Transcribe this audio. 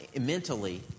mentally